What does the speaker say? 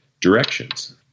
directions